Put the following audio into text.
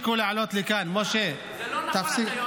למה אתה מלבה אש?